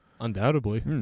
undoubtedly